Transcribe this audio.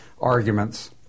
arguments